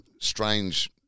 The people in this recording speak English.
strange